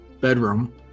bedroom